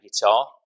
guitar